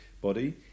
body